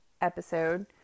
episode